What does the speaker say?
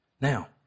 Now